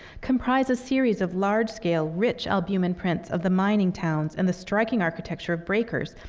comprised a series of large-scale, rich albumin prints of the mining towns and the striking architecture of breakers,